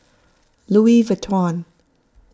Louis Vuitton